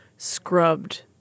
scrubbed